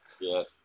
Yes